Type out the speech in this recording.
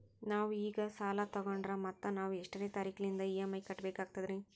ನಾವು ಈಗ ಸಾಲ ತೊಗೊಂಡ್ರ ಮತ್ತ ನಾವು ಎಷ್ಟನೆ ತಾರೀಖಿಲಿಂದ ಇ.ಎಂ.ಐ ಕಟ್ಬಕಾಗ್ತದ್ರೀ?